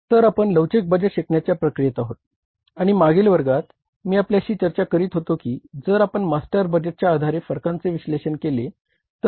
तर आपण लवचिक बजेट शिकण्याच्या प्रक्रियेत आहोत आणि मागील वर्गात मी आपल्याशी चर्चा करीत होतो की जर आपण मास्टर बजेटच्या आधारे फरकांचे विश्लेषण केले तर